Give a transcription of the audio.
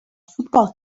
football